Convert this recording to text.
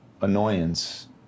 annoyance